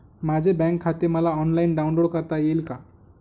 माझे बँक खाते मला ऑनलाईन डाउनलोड करता येईल का?